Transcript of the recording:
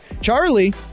Charlie